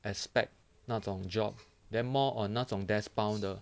aspect 那种 job then more on 那种 desk bound 的